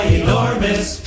enormous